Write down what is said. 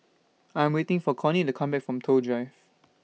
I'm waiting For Connie to Come Back from Toh Drive